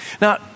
Now